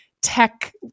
tech